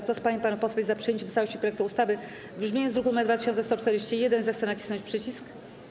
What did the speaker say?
Kto z pań i panów posłów jest za przyjęciem w całości projektu ustawy, w brzmieniu z druku nr 2141, zechce nacisnąć przycisk.